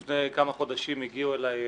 לפני כמה חודשים הגיעו אליי דפנה,